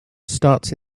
starts